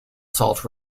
salt